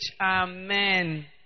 Amen